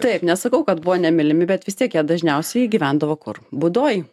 taip nesakau kad buvo nemylimi bet vis tiek jie dažniausiai gyvendavo kur būdoj